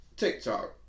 TikTok